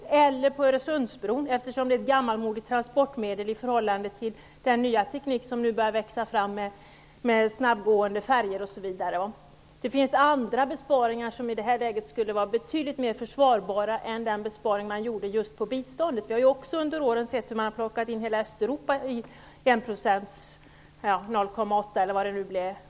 Man kunde också spara på Öresundsbron, som är ett gammalmodigt transportmedel i förhållande till den nya teknik som nu håller på att växa fram, med snabbgående färjor osv. Det finns andra besparingar, som i det här läget skulle vara betydligt mer försvarbara än den besparing som gjorts just på biståndet. Vi har också sett hur man på senare år inkluderat hela Östeuropa i 0,7-procentsmålet.